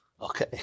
Okay